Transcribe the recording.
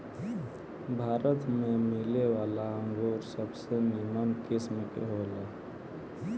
भारत में मिलेवाला अंगूर सबसे निमन किस्म के होला